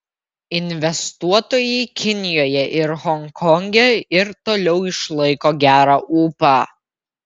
investuotojai kinijoje ir honkonge ir toliau išlaiko gerą ūpą